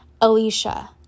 Alicia